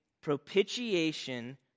propitiation